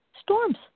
storms